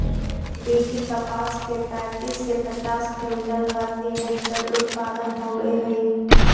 BT कपास के पैंतीस से पचास क्विंटल प्रति हेक्टेयर उत्पादन होवे हई